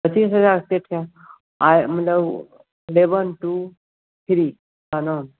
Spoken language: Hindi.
पच्चीस हज़ार से क्या मतलब इलेवन टू थ्री है ना